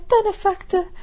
benefactor